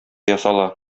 ясала